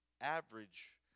average